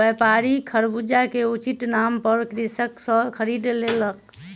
व्यापारी खरबूजा के उचित दाम पर कृषक सॅ खरीद लेलक